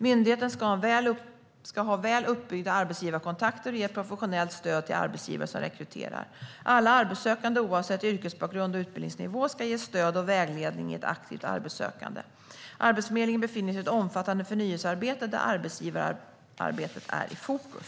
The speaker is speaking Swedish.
Myndigheten ska ha väl uppbyggda arbetsgivarkontakter och ge ett professionellt stöd till arbetsgivare som rekryterar. Alla arbetssökande, oavsett yrkesbakgrund och utbildningsnivå, ska ges stöd och vägledning i ett aktivt arbetssökande. Arbetsförmedlingen befinner sig i ett omfattande förnyelsearbete där arbetsgivararbetet är i fokus.